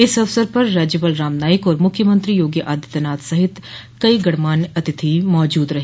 इस अवसर पर राज्यपाल राम नाईक और मुख्यमंत्री योगी आदित्यनाथ सहित कई गणमान्य अतिथि मौजूद रहे